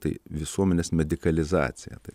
tai visuomenės medikalizacija tai